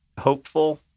hopeful